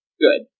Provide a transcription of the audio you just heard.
Good